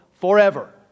forever